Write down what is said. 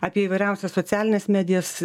apie įvairiausias socialines medijas